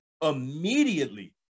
immediately